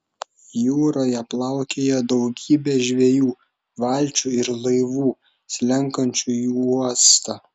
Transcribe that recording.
jūroje plaukiojo daugybė žvejų valčių ir laivų slenkančių į uostą